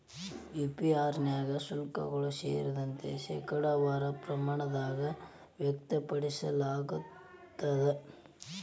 APR ನ್ಯಾಗ ಶುಲ್ಕಗಳು ಸೇರಿದಂತೆ, ಶೇಕಡಾವಾರ ಪ್ರಮಾಣದಾಗ್ ವ್ಯಕ್ತಪಡಿಸಲಾಗ್ತದ